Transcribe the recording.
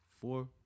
four